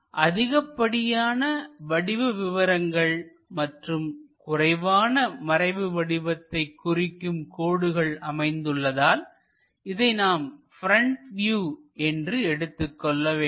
அதிகப்படியான வடிவ விவரங்கள் மற்றும் குறைவான மறைவு வடிவத்தை குறிக்கும் கோடுகள் அமைந்துள்ளதால் இதை நாம் ப்ரெண்ட் வியூ என்று எடுத்துக் கொள்ள வேண்டும்